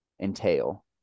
entail